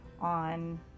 on